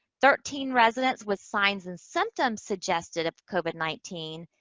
thirteen residents with signs and symptoms suggested of covid nineteen,